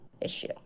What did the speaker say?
issue